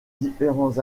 différents